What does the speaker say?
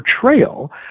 portrayal